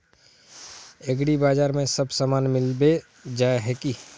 एग्रीबाजार में सब सामान मिलबे जाय है की?